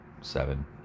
seven